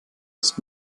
ist